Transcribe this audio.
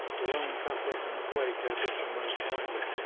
the roman catholic and the quaker differ most widely.